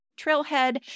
trailhead